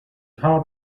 hard